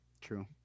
True